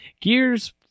Gears